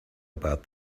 about